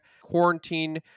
quarantine